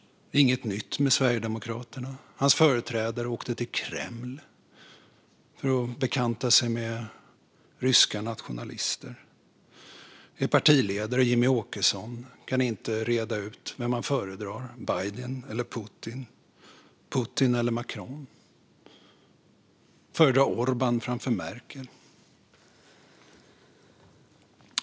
Det är inget nytt för Sverigedemokraterna. Hans företrädare åkte till Kreml för att bekanta sig med ryska nationalister. Er partiledare Jimmie Åkesson kan inte reda ut vem han föredrar av Biden eller Putin, Putin eller Macron. Han föredrar Orbán framför Merkel.